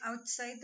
outside